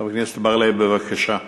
חבר הכנסת בר-לב, בבקשה.